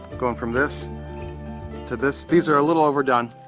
going from this to this. these are a little overdone.